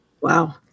wow